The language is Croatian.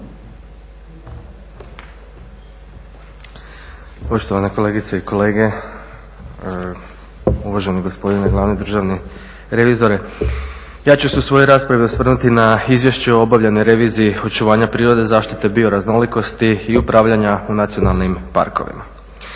Poštovane kolegice i kolege, uvaženi gospodine glavni državni revizore. Ja ću se u svojoj raspravi osvrnuti na Izvješće o obavljenoj reviziji očuvanja prirode, zaštite bioraznolikosti i upravljanja nacionalnim parkovima.